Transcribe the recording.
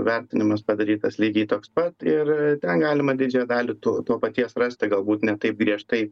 vertinimas padarytas lygiai toks pat ir ten galima didžiąją dalį to to paties rasti galbūt ne taip griežtai